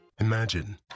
Imagine